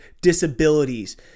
disabilities